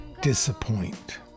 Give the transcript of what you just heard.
disappoint